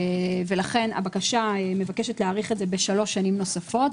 לכן הבקשה מבקשת להאריך את זה בשלוש שנים נוספות,